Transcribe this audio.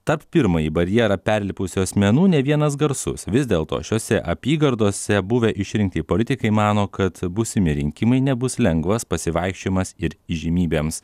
tad pirmąjį barjerą perlipusių asmenų ne vienas garsus vis dėl to šiose apygardose buvę išrinkti politikai mano kad būsimi rinkimai nebus lengvas pasivaikščiojimas ir įžymybėms